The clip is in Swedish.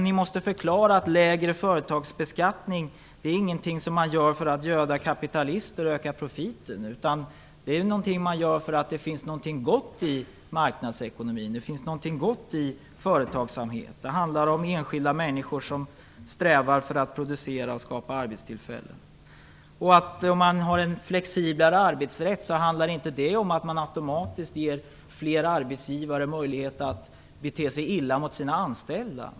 Ni måste förklara att lägre företagsbeskattning inte är något som man inför för att göda kapitalister och öka profiten, utan det är något man gör för att det finns någonting gott i marknadsekonomin och företagsamheten. Det handlar om enskilda människor som strävar för att producera och skapa arbetstillfällen. En flexiblare arbetsrätt handlar inte automatiskt om att man ger fler arbetsgivare möjlighet att bete sig illa mot sina anställda.